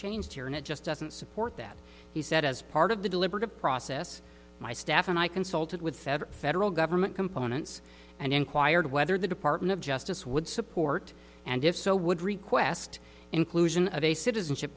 changed here and it just doesn't support that he said as part of the deliberative process my staff and i consulted with several federal government components and inquired whether the department of justice would support and if so would request inclusion of a citizenship